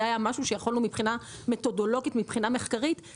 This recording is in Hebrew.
משהו שיכולנו מבחינה מתודולוגית לבודד.